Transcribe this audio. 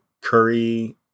curry